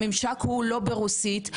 הוא לא ברוסית.